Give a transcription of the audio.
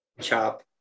chop